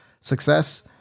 success